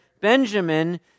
Benjamin